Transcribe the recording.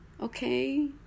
okay